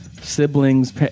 siblings